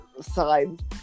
signed